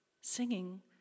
singing